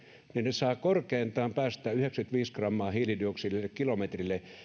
saavat korkeintaan päästää yhdeksänkymmentäviisi grammaa hiilidioksidia kilometrille